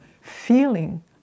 feeling